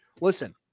Listen